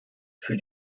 für